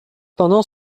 pendant